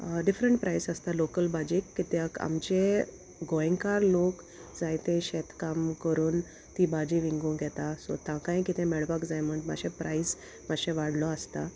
different प्रायस आसता local भाजेक कित्याक आमचे गोंयकार लोक जायते शेतकाम करून ती भाजी विंगू येता सो तांकांय कितें मेळपाक जाय म्हण मातशें प्रायस मातशें वाडलो आसता